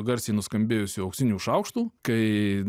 garsiai nuskambėjusių auksinių šaukštų kai